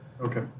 Okay